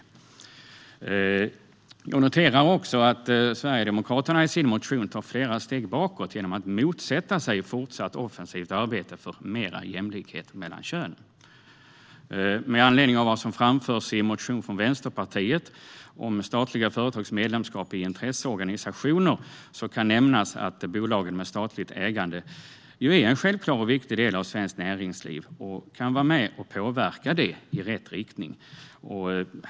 Jag noterar att Sverigedemokraterna i sin motion tar flera steg bakåt genom att motsätta sig fortsatt offensivt arbete för mer jämlikhet mellan könen. Med anledning av vad som framförs i motionen från Vänsterpartiet om statliga företags medlemskap i intresseorganisationer kan nämnas att bolagen med statligt ägande är en viktig och självklar del av svenskt näringsliv och kan vara med och påverka det i rätt riktning.